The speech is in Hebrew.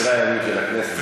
לדברי הימים של הכנסת,